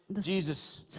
Jesus